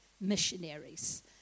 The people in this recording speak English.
missionaries